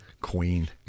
Queen